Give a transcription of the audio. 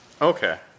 Okay